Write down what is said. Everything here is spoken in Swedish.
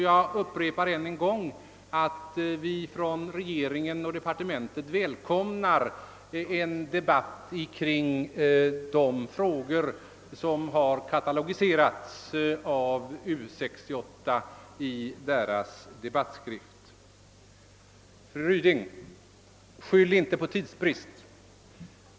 Jag upprepar ännu en gång att regeringen och departementet välkomnar en debatt om de frågor som katalogiserats av U 68 i dess debattskrift. Skyll inte, fru Ryding, på tidsbrist!